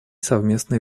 совместные